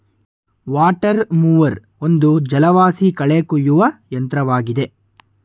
water mower ಒಂದು ಜಲವಾಸಿ ಕಳೆ ಕುಯ್ಯುವ ಯಂತ್ರವಾಗಿದೆ